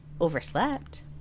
overslept